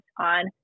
on